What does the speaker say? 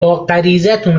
غریزتون